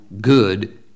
good